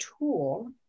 tool